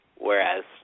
whereas